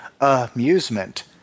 amusement